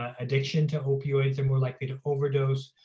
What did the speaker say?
addiction to opioids are more likely to overdose,